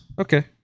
Okay